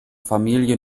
familie